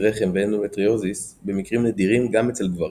רחם ואנדומטריוזיס במקרים נדירים גם אצל גברים.